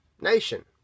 nation